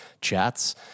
chats